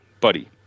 Buddy